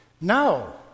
No